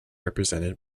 represented